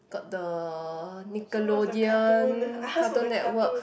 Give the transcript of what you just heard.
got the Nickelodeon Cartoon Network